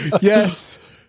Yes